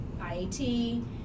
IAT